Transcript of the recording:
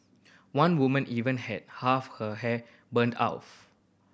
one woman even had half her hair burned off